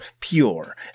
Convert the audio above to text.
pure